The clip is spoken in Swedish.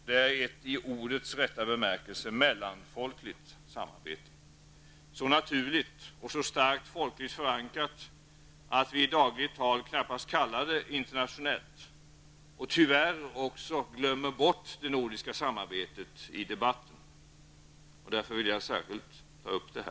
Det är ett, i ordets rätta bemärkelse, mellanfolkligt samarbete, så naturligt och så starkt folkligt förankrat att vi i dagligt tal knappast kallar det internationellt. Tyvärr glömmer vi i debatten bort det nordiska samarbetet.